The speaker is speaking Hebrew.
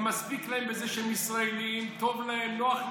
מספיק להם זה שהם ישראלים, טוב להם, נוח להם.